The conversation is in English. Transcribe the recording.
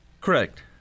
Correct